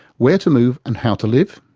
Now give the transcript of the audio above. where to move and how to live?